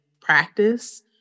practice